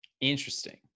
interesting